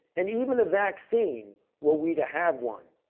and even a vaccine were we to have one.